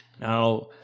Now